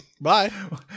Bye